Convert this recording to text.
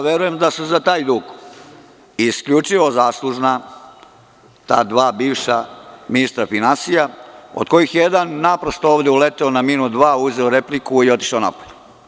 Verujem da su za taj dug isključivo zaslužna ta dva bivša ministra finansija, od kojih je jedan naprasno ovde uleteo na minut-dva, uzeo repliku i otišao napolje.